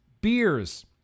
Beers